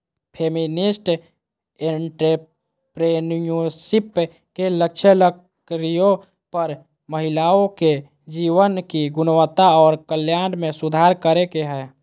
feminist entrepreneurship के लक्ष्य लड़कियों और महिलाओं के जीवन की गुणवत्ता और कल्याण में सुधार करे के हय